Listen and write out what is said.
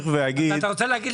נוצר מצב